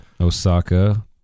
Osaka